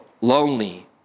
lonely